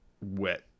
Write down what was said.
wet